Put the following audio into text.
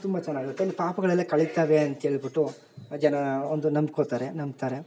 ತುಂಬ ಚೆನ್ನಾಗಿರುತ್ತೆ ಇಲ್ಲಿ ಪಾಪಗಳೆಲ್ಲ ಕಳೀತ್ತಾವೆ ಅಂತ ಹೇಳ್ಬಿಟ್ಟು ಜನ ಒಂದು ನಂಬ್ಕೊತಾರೆ ನಂಬ್ತಾರೆ